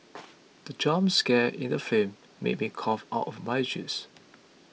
the jump scare in the film made me cough out my juice